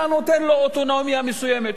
אלא נותן לו אוטונומיה מסוימת,